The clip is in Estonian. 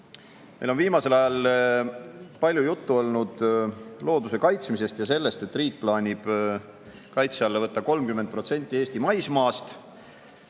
Meil on viimasel ajal palju juttu olnud looduse kaitsmisest ja sellest, et riik plaanib kaitse alla võtta 30% Eesti maismaast.